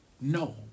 no